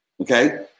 Okay